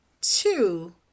two